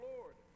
Lord